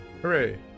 Hooray